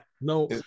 no